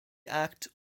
act